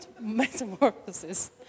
metamorphosis